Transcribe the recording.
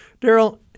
Daryl